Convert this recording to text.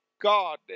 God